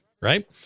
right